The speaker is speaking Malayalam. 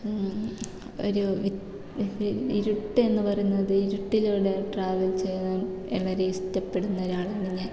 ഒരു ഒരു ഇരുട്ടെന്ന് പറയുന്നത് ഇരുട്ടിലൂടെ ട്രാവെൽ ചെയ്യാൻ എവരെ ഇഷ്ടപ്പെടുന്ന ഒരാളാണ് ഞാൻ